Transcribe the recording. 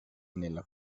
nella